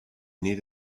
need